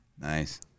Nice